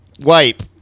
wipe